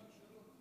חברי הכנסת,